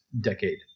decade